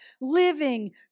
living